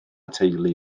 teulu